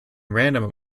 random